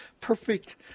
perfect